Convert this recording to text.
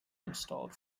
installed